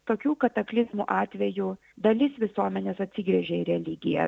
tokių kataklizmų atveju dalis visuomenės atsigręžia į religiją